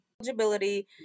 eligibility